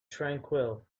tranquil